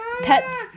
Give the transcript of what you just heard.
Pets